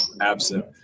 absent